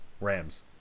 Rams